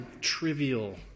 trivial